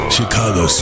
Chicago